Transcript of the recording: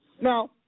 Now